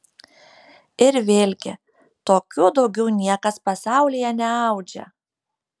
ir vėlgi tokių daugiau niekas pasaulyje neaudžia